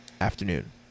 afternoon